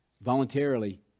voluntarily